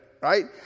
Right